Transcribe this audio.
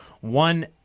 One